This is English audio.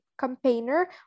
Campaigner